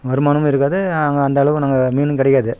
வருமானமும் இருக்காது அங்க அந்த அளவுக்கு நாங்கள் மீனும் கிடைக்காது